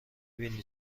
بینی